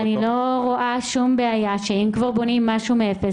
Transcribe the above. אבל אני לא רואה שום בעיה שאם כבר בונים משהו מאפס,